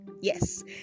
yes